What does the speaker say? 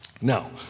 Now